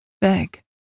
beg